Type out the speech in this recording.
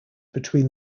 between